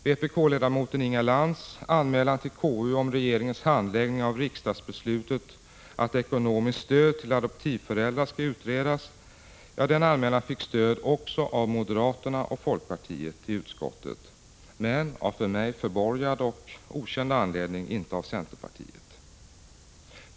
Vpk-ledamoten Inga Lantz anmälan till KU om regeringens handläggning av riksdagsbeslutet att ekonomiskt stöd till adoptivföräldrar skall utredas fick anslutning också bland moderaterna och folkpartiet i utskottet men av för mig förborgad och okänd anledning inte av centerpartiet.